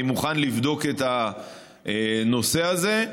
אני מוכן לבדוק את הנושא הזה.